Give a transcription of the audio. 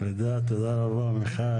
תודה, תודה רבה, מיכל.